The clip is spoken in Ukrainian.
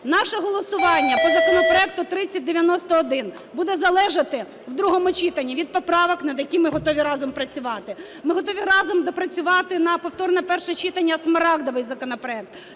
наше голосування по законопроекту 3091 буде залежати, в другому читанні, від поправок, над якими ми готові разом працювати. Ми готові разом доопрацювати на повторне перше читання "смарагдовий" законопроект,